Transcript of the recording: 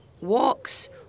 walks